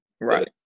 Right